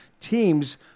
teams